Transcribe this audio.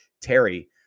Terry